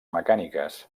mecàniques